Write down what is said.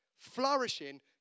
Flourishing